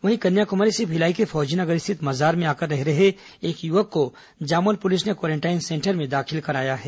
वहीं कन्याकुमारी से भिलाई के फौजीनगर स्थित मजार में आकर रह रहे एक युवक को जामुल पुलिस ने क्वारेंटाइन सेंटर में दाखिल कराया है